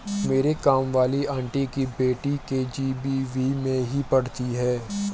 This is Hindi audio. मेरी काम वाली आंटी की बेटी के.जी.बी.वी में ही पढ़ती है